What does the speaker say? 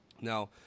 Now